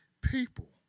people